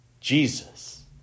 Jesus